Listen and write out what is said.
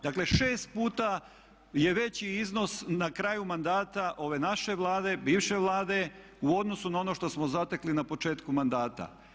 Dakle, 6 puta je veći iznos na kraju mandata ove naše Vlade, bivše Vlade u odnosu na ono što smo zatekli na početku mandata.